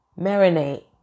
marinate